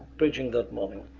preaching that morning,